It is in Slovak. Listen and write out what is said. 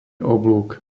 oblúk